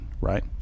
right